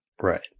Right